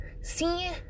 See